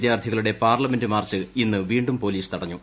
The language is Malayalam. വിദ്യാർത്ഥികളുടെ പാർലമെന്റ് മാർച്ച് ഇന്ന് വീണ്ടും പൊലീസ് തടഞ്ഞു